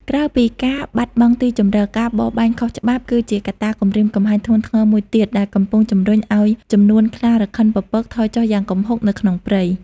ក្រៅពីការបាត់បង់ទីជម្រក ការបរបាញ់ខុសច្បាប់ គឺជាកត្តាគំរាមកំហែងធ្ងន់ធ្ងរមួយទៀតដែលកំពុងជំរុញឲ្យចំនួនខ្លារខិនពពកថយចុះយ៉ាងគំហុកនៅក្នុងព្រៃ។